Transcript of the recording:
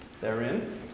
therein